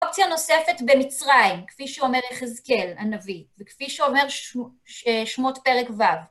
אופציה נוספת במצרים, כפי שאומר יחזקאל הנביא, וכפי שאומר שמות פרק ו'.